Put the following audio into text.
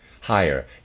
higher